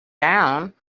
down